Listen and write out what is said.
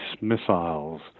missiles